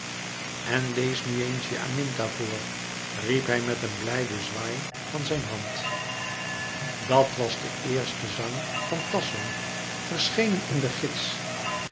en lees nu nog eens je aminta voor riep hij met een blijden zwaai van zijn hand dat was de eerste zang van tasso verschenen in de gids